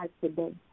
today